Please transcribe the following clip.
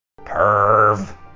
Perv